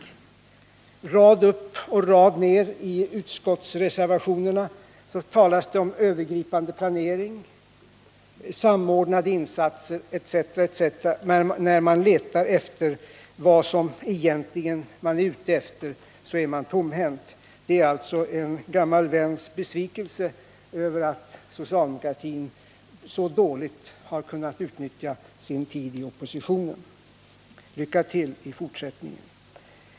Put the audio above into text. På rad efter rad i reservationerna talas det om behovet av övergripande planering, samordnade insatser etc. Men om man försöker att utröna vad socialdemokraterna egentligen är ute efter får man inget svar. Jag uttrycker här en gammal väns besvikelse över att socialdemokratin så dåligt har kunnat utnyttja sin tid i oppositionsställning. Lycka till i fortsättningen!